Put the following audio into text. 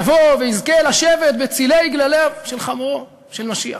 יבוא ואזכה לשבת בצלי גלליו של חמורו של משיח,